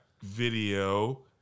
video